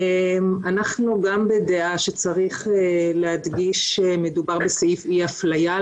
אנחנו גם בדעה שצריך להדגיש שמדובר בסעיף אי-אפליה,